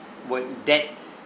would that